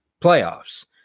playoffs